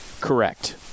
Correct